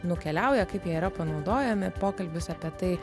nukeliauja kaip jie yra panaudojami pokalbis apie tai